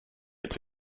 its